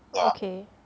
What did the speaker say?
okay